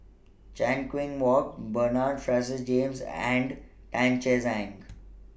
Chan Kum Wah Roy Bernard Francis James and Tan Che Sang